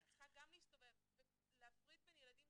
והיא צריכה גם להסתובב ולהפריד בין ילדים